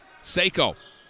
Seiko